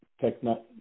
Techno